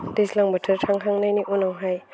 दैज्लां बोथोर थांखांनायनि उनावहाय